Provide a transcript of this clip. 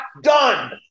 done